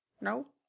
No